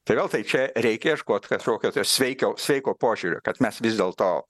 tai vėl tai čia reikia ieškot kažkokio tai sveikiau sveiko požiūrio kad mes vis dėlto